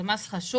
זה מס חשוב,